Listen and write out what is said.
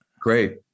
great